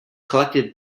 collected